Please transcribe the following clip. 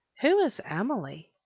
who is emily?